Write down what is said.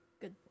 Good